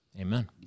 Amen